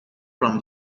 from